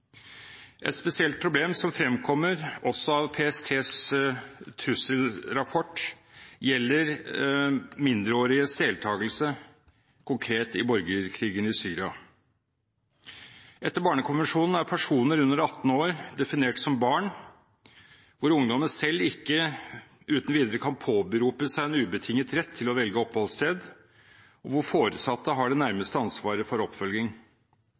Et spesielt problem som fremkommer også av PSTs trusselrapport, gjelder mindreåriges deltakelse, konkret i borgerkrigen i Syria. Etter barnekonvensjonen er personer under 18 år definert som barn, og ungdommen selv kan ikke uten videre påberope seg en ubetinget rett til å velge oppholdssted, og foresatte har det nærmeste ansvaret for oppfølging.